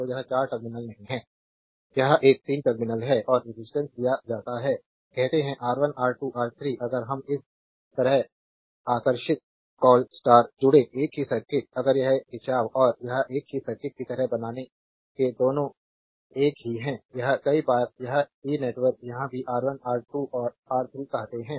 तो यह 4 टर्मिनल नहीं है यह एक 3 टर्मिनल है और रेजिस्टेंस दिया जाता है कहते हैं R1 R2 R3 अगर हम इस तरह आकर्षित कॉल स्टार जुड़े एक ही सर्किट अगर यह खिंचाव और यह एक ही सर्किट की तरह बनाने के दोनों एक ही है यह कई बार यह टी नेटवर्क यहां भी R1 R2 और R3 कहते हैं